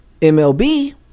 MLB